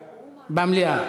במליאה.